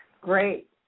Great